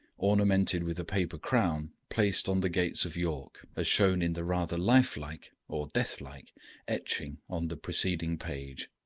ornamented with a paper crown, placed on the gates of york, as shown in the rather life-like or death-like etching on the preceding page.